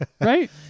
right